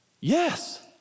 Yes